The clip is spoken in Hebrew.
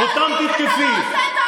אותם תתקפי.